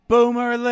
Boomer